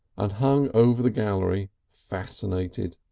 and hung over the gallery fascinated.